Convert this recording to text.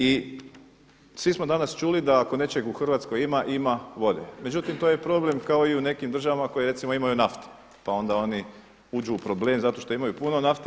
I svi smo danas čuli da ako nečeg u Hrvatskoj ima, ima vode međutim to je problem kao i u nekim državama koje recimo imaju naftu, pa onda uđu u problem zato što imaju puno nafte.